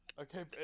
Okay